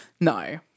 No